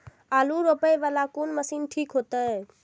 आलू रोपे वाला कोन मशीन ठीक होते?